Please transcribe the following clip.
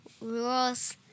Rules